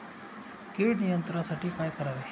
कीड नियंत्रणासाठी काय करावे?